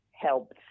helps